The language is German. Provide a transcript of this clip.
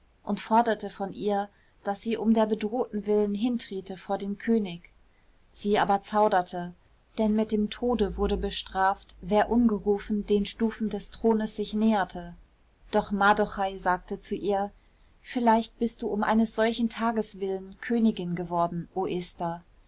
und forderte von ihr daß sie um der bedrohten willen hintrete vor den könig sie aber zauderte denn mit dem tode wurde bestraft wer ungerufen den stufen des thrones sich näherte doch mardochai sagte zu ihr vielleicht bist du um eines solchen tages willen königin geworden o esther